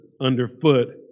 underfoot